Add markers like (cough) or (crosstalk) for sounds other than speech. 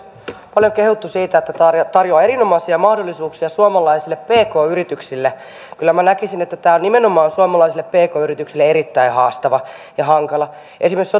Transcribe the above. paljon kehuttu sitä että tämä tarjoaa erinomaisia mahdollisuuksia suomalaisille pk yrityksille kyllä minä näkisin että tämä on nimenomaan suomalaisille pk yrityksille erittäin haastava ja hankala esimerkiksi (unintelligible)